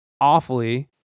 awfully